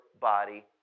body